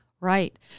Right